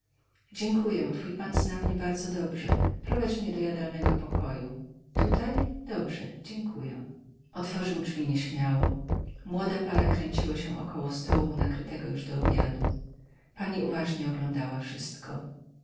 dziękuję twój pan zna mnie bardzo dobrze prowadź mnie do jadalnego pokoju tutaj dobrze dziękuję otworzył drzwi nieśmiało młoda para kręciła się około stołu nakrytego już do obiadu pani uważnie oglądała wszystko